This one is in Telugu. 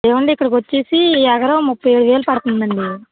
ఏమండి ఇక్కడకొచ్చేసి ఎకరం ముప్పై ఐదు వేలు పడుతుందండీ